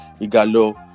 Igalo